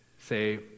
say